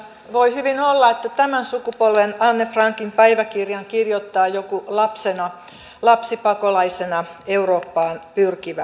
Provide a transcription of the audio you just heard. voi hyvin olla että tämän sukupolven anne frankin päiväkirjan kirjoittaa joku lapsena lapsipakolaisena eurooppaan pyrkivä ihminen